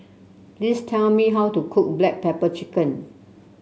please tell me how to cook Black Pepper Chicken